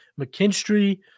McKinstry